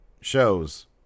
shows